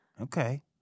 Okay